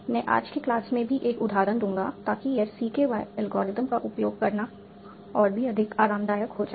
मैं आज के क्लास में भी एक उदाहरण दूंगा ताकि यह CKY एल्गोरिथ्म का उपयोग करना और भी अधिक आरामदायक हो जाए